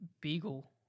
beagle